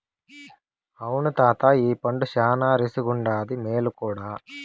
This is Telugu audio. అవును తాతా ఈ పండు శానా రుసిగుండాది, మేలు కూడా